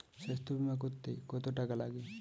স্বাস্থ্যবীমা করতে কত টাকা লাগে?